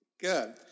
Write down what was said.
Good